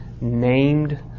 named